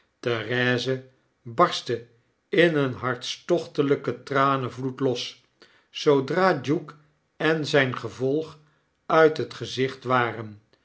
therese barstte in een hartstochtelyken tranenvloed los zoodra duke en zyn gevolguithet gezicht waren